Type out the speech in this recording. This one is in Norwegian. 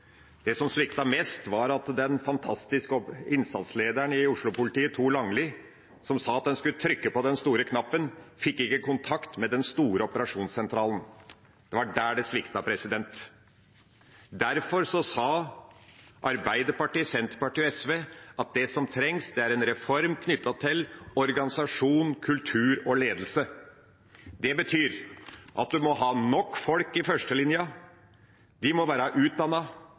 Det som sviktet mest, var at da den fantastiske innsatslederen i Oslo-politiet, Thor Langli, sa at man skulle trykke på den store knappen, fikk man ikke kontakt med den store operasjonssentralen. Det var der det sviktet. Derfor sa Arbeiderpartiet, Senterpartiet og SV at det som trengs, er en reform knyttet til organisasjon, kultur og ledelse. Det betyr at man må ha nok folk i førstelinja. De må være